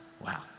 Wow